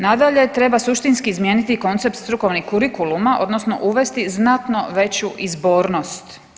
Nadalje, treba suštinski izmijeniti i koncept strukovnih kurikuluma, odnosno uvesti znatno veću izbornost.